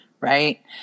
Right